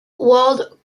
world